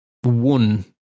one